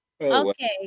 Okay